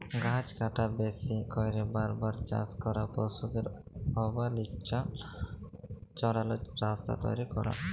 গাহাচ কাটা, বেশি ক্যইরে বার বার চাষ ক্যরা, পশুদের অবাল্ছিত চরাল, রাস্তা তৈরি ক্যরা